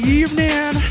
evening